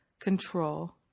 control